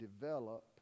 develop